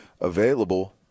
available